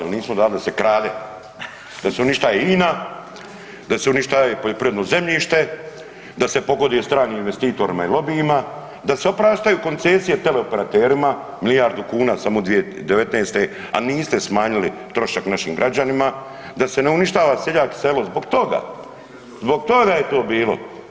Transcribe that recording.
Jel nismo dali da se krade, da se uništaje INA, da se uništavaju poljoprivredno zemljište, da se pogoduje stranim investitorima i lobijima, da se opraštaju koncesije teleoperaterima milijardu kuna samo 2019., a niste smanjili trošak našim građanima, da se ne uništava seljak i selo, zbog toga, zbog toga je to bilo.